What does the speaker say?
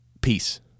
peace